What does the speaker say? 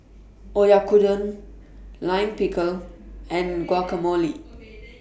Oyakodon Lime Pickle and Guacamole